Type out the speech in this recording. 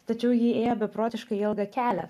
tačiau ji ėjo beprotiškai ilgą kelią